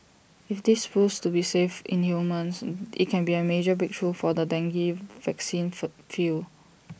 if this proves to be safe in humans IT can be A major breakthrough for the dengue vaccine field